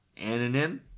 Anonym